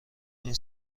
این